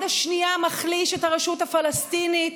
וביד השנייה מחליש את הרשות הפלסטינית,